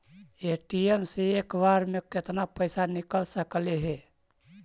ATM से एक बार मे केतना पैसा निकल सकले हे?